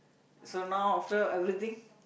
so now after everything